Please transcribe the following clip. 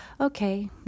Okay